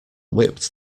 whipped